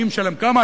מי משלם כמה.